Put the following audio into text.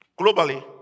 globally